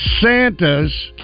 Santas